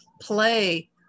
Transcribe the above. play